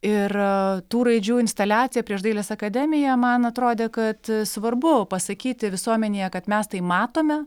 ir tų raidžių instaliacija prieš dailės akademiją man atrodė kad svarbu pasakyti visuomenėje kad mes tai matome